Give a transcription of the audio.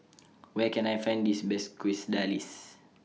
Where Can I Find This Best Quesadillas